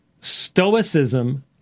Stoicism